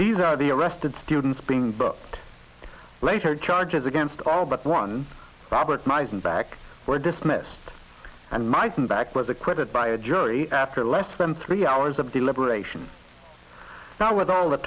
these are the arrested students being but later charges against all but one robert mizen back were dismissed and mizen back was acquitted by a jury after less than three hours of deliberations now with all the